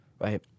Right